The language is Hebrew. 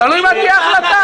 תלוי מה תהיה ההחלטה.